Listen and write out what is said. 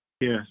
Yes